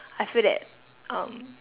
I feel that um